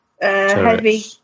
heavy